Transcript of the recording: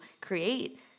create